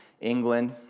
England